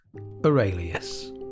Aurelius